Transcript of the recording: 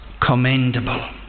commendable